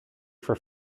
for